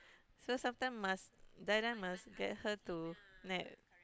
so sometime must die die must get her to nap